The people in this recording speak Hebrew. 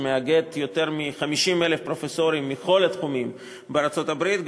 שמאגד יותר מ-50,000 פרופסורים מכל התחומים בארצות-הברית,